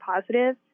positive